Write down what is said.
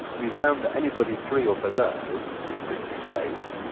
we found that anybody three or below was pretty safe,